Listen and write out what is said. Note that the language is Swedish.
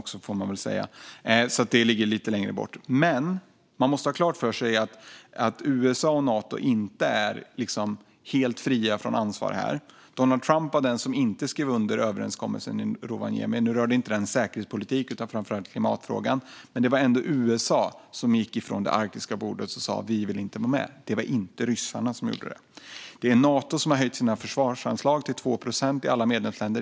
Men det ligger alltså lite längre tillbaka. Men man måste ha klart för sig att USA och Nato inte är helt fria från ansvar här. Donald Trump var den som inte skrev under överenskommelsen i Rovaniemi. Nu rörde den inte säkerhetspolitik utan framför allt klimatfrågan, men det var ändå USA som gick från det arktiska bordet och sa att man inte ville vara med. Det var inte ryssarna som gjorde det. Det är Nato som har höjt sina försvarsanslag till 2 procent i alla medlemsländer.